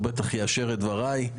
והוא בטח יאשר את דבריי,